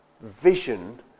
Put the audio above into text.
vision